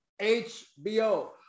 hbo